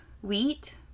Wheat